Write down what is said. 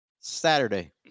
Saturday